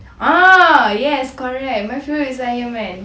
ah yes correct my favourite is ironman